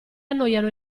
annoiano